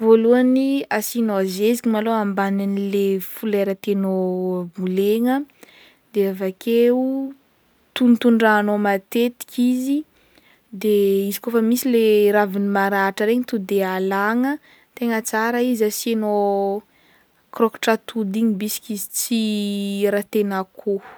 Vôlohany asianao zeziky malôha ambanin'le folera tianao ambolegna de avakeo tonontondrahanao matetiky izy de izy kaofa misy le ravigny maratra regny to de alagna tegna tsara izy asianao koraokotra atody igny bisik'izy tsy raha tain'akoho.